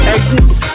Exits